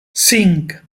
cinc